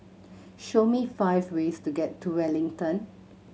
show me five ways to get to Wellington